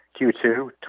Q2